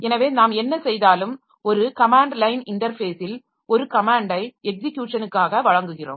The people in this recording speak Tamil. எனவே நாம் என்ன செய்தாலும் ஒரு கமேன்ட் லைன் இன்டர்ஃபேஸில் ஒரு கமேன்டை எக்ஸிக்யுஷனுக்காக வழங்குகிறோம்